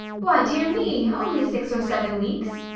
why, dear me, only six or seven weeks